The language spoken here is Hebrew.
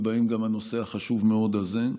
ובהם גם הנושא החשוב מאוד הזה.